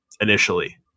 initially